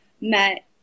met